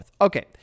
Okay